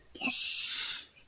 Yes